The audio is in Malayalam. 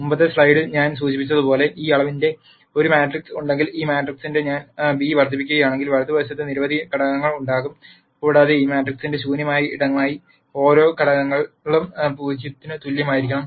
മുമ്പത്തെ സ്ലൈഡിൽ ഞാൻ സൂചിപ്പിച്ചതുപോലെ ഈ അളവിന്റെ ഈ മാട്രിക്സ് ഉണ്ടെങ്കിൽ ഈ മാട്രിക്സുമായി ഞാൻ β വർദ്ധിപ്പിക്കുകയാണെങ്കിൽ വലതുവശത്ത് നിരവധി ഘടകങ്ങൾ ഉണ്ടാകും കൂടാതെ ഈ മാട്രിക്സിന്റെ ശൂന്യമായ ഇടമായി ഓരോ ഘടകങ്ങളും 0 ന് തുല്യമായിരിക്കണം